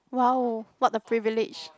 !wow! what a privilege